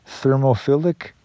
thermophilic